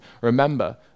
Remember